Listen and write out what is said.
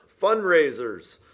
fundraisers